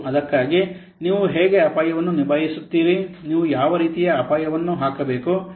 ಅದಕ್ಕಾಗಿ ನೀವು ಹೇಗೆ ಅಪಾಯವನ್ನು ನಿಭಾಯಿಸುತ್ತೀರಿ ನೀವು ಯಾವ ರೀತಿಯ ಅಪಾಯವನ್ನು ಹಾಕಬೇಕು